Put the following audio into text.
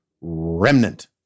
remnant